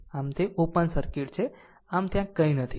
આમ તે open circuit છે આમ ત્યાં કંઈ નથી